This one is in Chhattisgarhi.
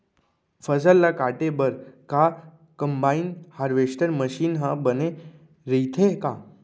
फसल ल काटे बर का कंबाइन हारवेस्टर मशीन ह बने रइथे का?